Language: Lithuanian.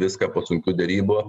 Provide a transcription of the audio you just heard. viską po sunkių derybų